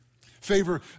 Favor